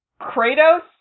Kratos